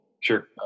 Sure